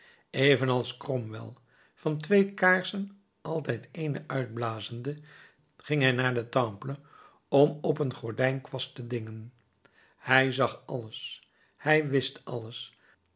evenals cromwell van twee kaarsen altijd eene uitblazende ging hij naar den temple om op een gordijnkwast te dingen hij zag alles hij wist alles